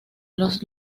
los